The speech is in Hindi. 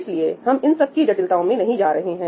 इसलिए हम इन सब की जटिलताओं में नहीं जा रहे हैं